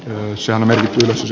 missähän osasi